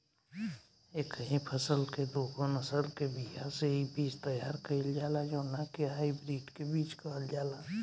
एकही फसल के दूगो नसल के बिया से इ बीज तैयार कईल जाला जवना के हाई ब्रीड के बीज कहल जाला